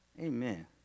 Amen